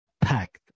packed